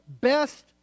Best